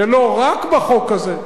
זה לא רק בחוק הזה.